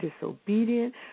disobedient